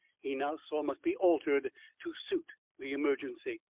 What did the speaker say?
he now saw must be altered to suit the emergency.